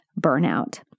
burnout